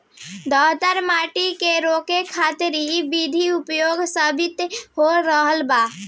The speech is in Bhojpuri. दहतर माटी के रोके खातिर इ विधि उपयोगी साबित हो रहल बा